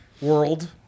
world